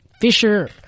fisher